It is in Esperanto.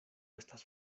estas